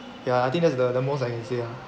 ya I think that's the the most I can say lah